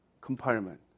compartment